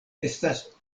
estas